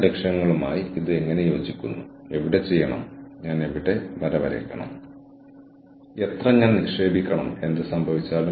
ആദ്യത്തെ വെല്ലുവിളി നെറ്റ്വർക്കുചെയ്ത ജോലി നെറ്റ്വർക്കുകളിൽ പ്രവർത്തിക്കുന്നത് ടീമുകളിൽ പ്രവർത്തിക്കുന്നത് ഗ്രൂപ്പുകളായി പ്രവർത്തിക്കുന്നത് സാമ്പത്തിക മൂല്യമുള്ള ഉൽപ്പന്നങ്ങളുടെയും സേവനങ്ങളുടെയും സഹ സൃഷ്ടിയാണ്